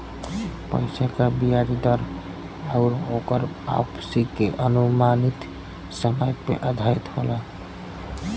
पइसा क बियाज दर आउर ओकर वापसी के अनुमानित समय पे आधारित होला